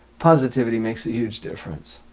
positivity makes a huge difference.